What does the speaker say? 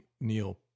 Neil